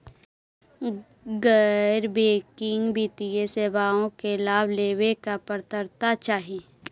गैर बैंकिंग वित्तीय सेवाओं के लाभ लेवेला का पात्रता चाही?